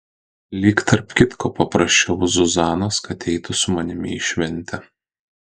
lyg tarp kitko paprašiau zuzanos kad eitų su manimi į šventę